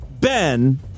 Ben